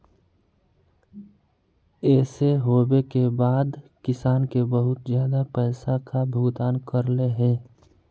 ऐसे होबे के बाद किसान के बहुत ज्यादा पैसा का भुगतान करले है?